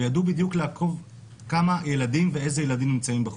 וידעו בדיוק לעקוב כמה ילדים ואיזה ילדים נמצאים בחוג.